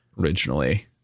originally